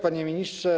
Panie Ministrze!